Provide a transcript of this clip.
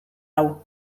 hau